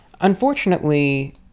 Unfortunately